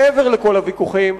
מעבר לכל הוויכוחים,